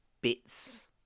bits